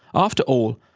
after all,